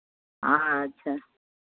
अच्छा